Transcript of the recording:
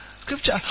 scripture